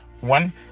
One